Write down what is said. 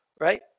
right